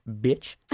bitch